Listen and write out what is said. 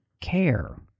care